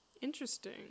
Interesting